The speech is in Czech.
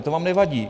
To vám nevadí?